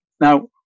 Now